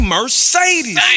Mercedes